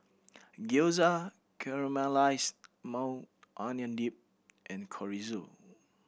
Gyoza Caramelized Onion Dip and Chorizo